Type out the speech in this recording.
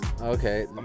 Okay